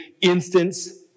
instance